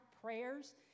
prayers